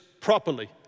properly